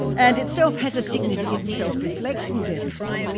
and itself has a significant self-reflection deficit.